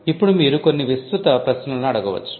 ఇప్పుడు మీరు కొన్ని విస్తృత ప్రశ్నలను అడగవచ్చు